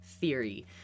theory